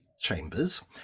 Chambers